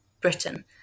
Britain